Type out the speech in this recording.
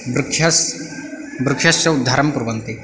बृक्षस् बृक्षस्य उद्धारं कुर्वन्ति